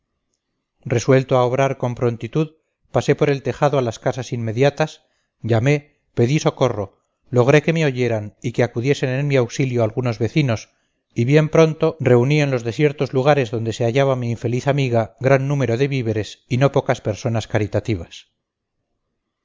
resuelto a obrar con prontitud pasé por el tejado a las casas inmediatas llamé pedí socorro logré que me oyeran y que acudiesen en mi auxilio algunos vecinos y bien pronto reuní en los desiertos lugares donde se hallaba mi infeliz amiga gran número de víveres y no pocas personas caritativas